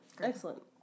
Excellent